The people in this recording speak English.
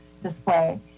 display